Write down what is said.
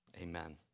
amen